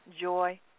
joy